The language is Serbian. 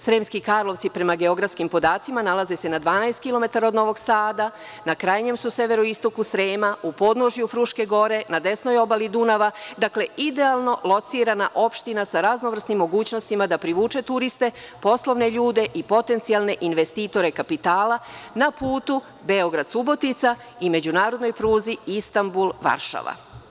Sremski Karlovci, prema geografskim podacima nalaze se na 12 kilometara od Novog Sada, na krajnjem su severoistoku Srema, u podnožju Fruške Gore, na desnoj obali Dunava, dakle, idealno locirana opština sa raznovrsnim mogućnostima da privuče turiste, poslovne ljude i potencijalne investitore kapitala na putu Beograd-Subotica i međunarodnoj pruzi Istanbul-Varšava.